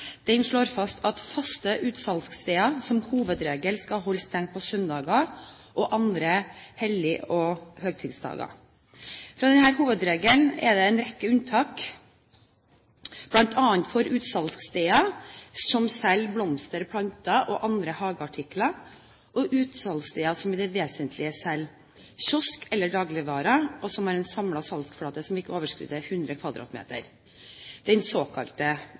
den såkalte Brustad-bua. Lov av 24. februar 1995 nr. 12 om helligdager og helligdagsfred, eller enklere sagt og bedre kjent som helligdagsfredloven, slår fast at faste utsalgssteder som hovedregel skal holdes stengt på søndager og andre hellig- og høytidsdager. Fra denne hovedregelen er det en rekke unntak, bl.a. for utsalgssteder som selger blomster, planter og andre hageartikler, og utsalgssteder som i det vesentlige selger kiosk- eller dagligvarer, og som har